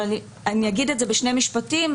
אבל אני אגיד את זה בשני משפטים,